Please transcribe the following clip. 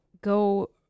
go